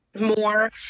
more